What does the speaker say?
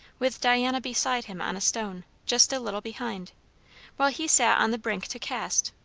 with diana beside him on a stone, just a little behind while he sat on the brink to cast,